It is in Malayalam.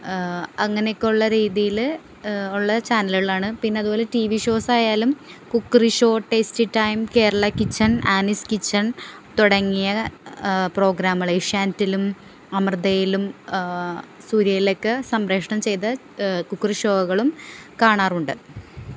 അങ്ങനെയൊക്കെ ഉള്ള രീതിയില് ഉള്ള ചാനലുകളാണ് പിന്നെ അതുപോലെ ടി വി ഷോസായാലും cookery show tasty time Kerala kitchen Annie's kitchen തുടങ്ങിയ പ്രോഗ്രാമുകള് ഏഷ്യാനെറ്റിലും അമൃതയിലും സൂര്യയിലൊക്കെ സംപ്രേഷണം ചെയ്ത കുക്കറി ഷോകളും കാണാറുണ്ട്